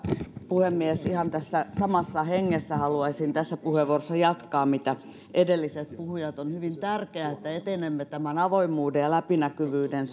puhemies ihan tässä samassa hengessä haluaisin tässä puheenvuorossa jatkaa kuin edelliset puhujat on hyvin tärkeää että etenemme tämän avoimuuden ja läpinäkyvyyden